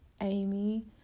Amy